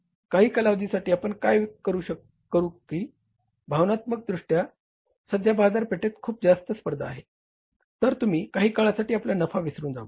काही कालावधीसाठी आपण काय करुत की भावनात्ममक दृष्ट्या सध्या बाजारपेठेत खूप जास्त स्पर्धा आहे तर तुम्ही काही काळासाठी आपला नफा विसरून जावा